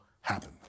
happen